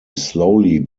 slowly